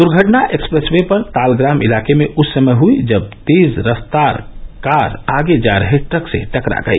दुर्घटना express way पर तालग्राम इलाके में उस समय हुई जब तेज रफ्तार कार आगे जा रहे ट्रक से टकरा गई